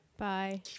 Bye